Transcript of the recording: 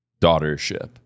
daughtership